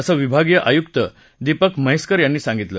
असं विभागीय आयुक्त दीपक म्हैसकर यांनी सांगितलं